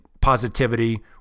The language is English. positivity